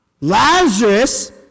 Lazarus